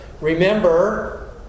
Remember